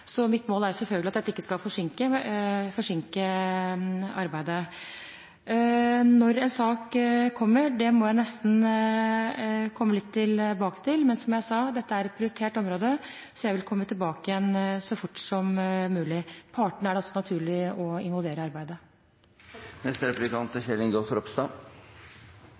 så raskt som overhodet mulig. Først må vi utarbeide et mandat, men dette er et prioritert område for meg og naturligvis også for Stortinget – det registrerer jeg. Mitt mål er selvfølgelig at dette ikke skal forsinke arbeidet. Når en sak kommer, må jeg nesten få komme tilbake til, men som jeg sa: Dette er et prioritert område, så jeg vil komme tilbake så fort som mulig. Partene